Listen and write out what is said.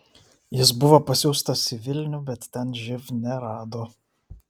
jis buvo pasiųstas į vilnių bet ten živ nerado